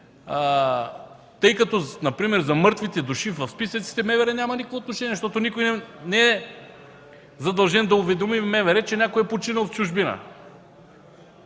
списъците. Например за мъртвите души в списъците МВР няма никакво отношение, защото никой не е задължен да уведоми МВР, че някой е починал в чужбина.